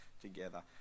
together